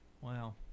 Wow